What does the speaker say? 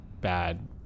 bad